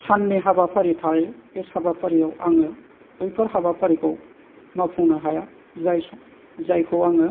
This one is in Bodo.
साननि हाबाफारि थायो बे हाबाफारियाव आङो बैफोर हाबाफारिखौ मावफुंनो हाया जाय सम जायखौ आङो